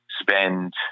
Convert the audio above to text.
spend